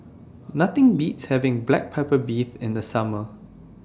Nothing Beats having Black Pepper Beef in The Summer